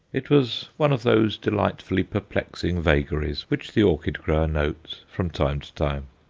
it was one of those delightfully perplexing vagaries which the orchid-grower notes from time to time.